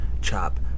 Chop